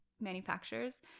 manufacturers